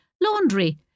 laundry